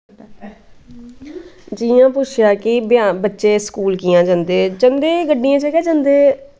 जि'यां पुछेआ कि बच्चे स्कूल कि'यां जंदे जंदे गड्डियें च गै जंदे